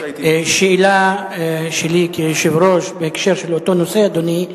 שאלה שלי, כיושב-ראש, בהקשר של אותו נושא, אדוני: